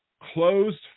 Closed